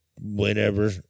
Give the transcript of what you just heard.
whenever